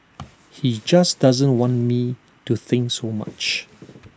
he just doesn't want me to think so much